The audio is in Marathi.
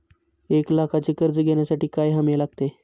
एक लाखाचे कर्ज घेण्यासाठी काय हमी लागते?